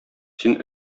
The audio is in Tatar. син